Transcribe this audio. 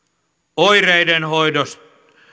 oireiden hoidosta